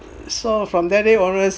so from that day onwards